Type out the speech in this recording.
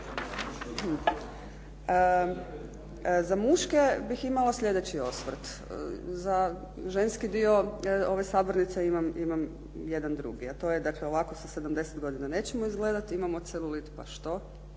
Za muške bih imala sljedeći osvrt. Za ženski dio ove sabornice imam jedan drugi, a to je dakle ovako za 70 godina nećemo izgledati, imamo celulit pa što,